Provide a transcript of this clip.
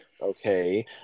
Okay